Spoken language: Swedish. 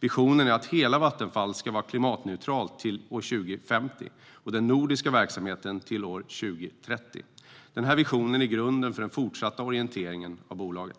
Visionen är att hela Vattenfall ska vara klimatneutralt till år 2050 och den nordiska verksamheten till år 2030. Den visionen är grunden för den fortsatta orienteringen av bolaget.